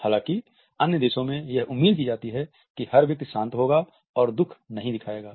हालांकि अन्य देशों में यह उम्मीद की जाती है कि हर व्यक्ति शांत होगा और दुख नहीं दिखाएगा